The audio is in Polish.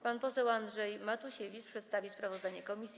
Pan poseł Andrzej Matusiewicz przedstawi sprawozdanie komisji.